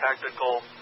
tactical